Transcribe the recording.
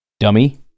dummy